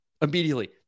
immediately